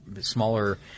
smaller –